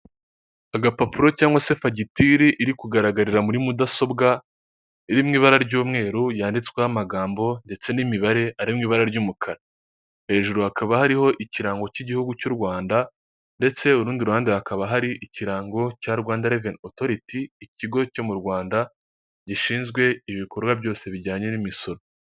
Agapapuro cyangwa se fagitire iri kugaragarira muri mudasobwa iri mu ibara ry'umweru yanditsweho amagambo ndetse n'imibare ari mu ibara ry'umukara, hejuru hakaba hariho ikirango cy'igihugu cy'u Rwanda ndetse urundi ruhande hakaba hari ikirango cya Rwanda reveni otoriti, ikigo cyo mu Rwanda gishinzwe ibikorwa byose bijyanye n'imisoro.